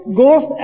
goes